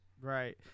right